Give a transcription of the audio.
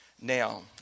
Now